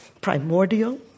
primordial